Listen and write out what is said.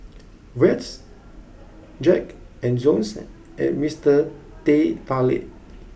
Veets Jack and Jones and Mister Teh Tarik